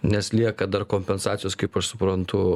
nes lieka dar kompensacijos kaip aš suprantu